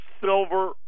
silver